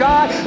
God